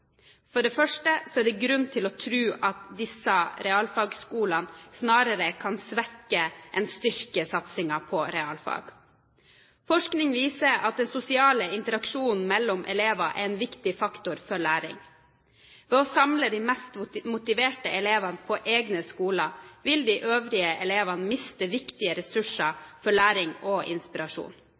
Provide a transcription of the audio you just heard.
For det første er det grunn til å tro at disse realfagskolene snarere kan svekke enn styrke satsingen på realfag. Forskning viser at den sosiale interaksjonen mellom elever er en viktig faktor for læring. Ved å samle de mest motiverte elevene på egne skoler vil de øvrige elevene miste viktige ressurser for læring og inspirasjon.